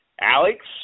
Alex